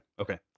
okay